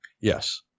Yes